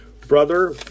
Brother